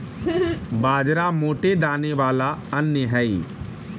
बाजरा मोटे दाने वाला अन्य हई